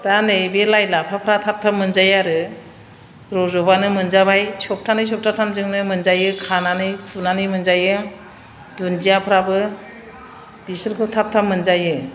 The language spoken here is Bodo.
दा नै बे लाइ लाफाफ्रा थाब थाब मोनजायो आरो रज'बानो मोनजाबाय सब्थानै सब्थाथामजोंनो मोनजायो खानानै फुनानै मोनजायो दुन्दियाफ्राबो बेफोरखौ थाब थाब मोनजायो